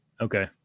Okay